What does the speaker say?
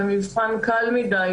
במבחן קל מדי,